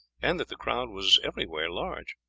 and that the crowd was everywhere large.